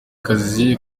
kazi